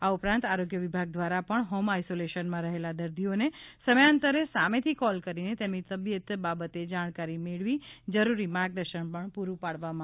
આ ઉપરાંત આરોગ્ય વિભાગ દ્વારા પણ હોમ આઈસોલેશનમાં રહેલા દર્દીઓને સમયાંતરે સામેથી કોલ કરી તેમની તબીયત બાબતે જાણકારી મેળવી જરૂરી માર્ગદર્શન પણ પૂરુ પાડવામાં આવી રહ્યું છે